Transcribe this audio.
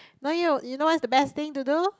no you you know what's the best thing to do